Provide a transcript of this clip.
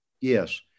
Yes